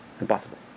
impossible